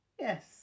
Yes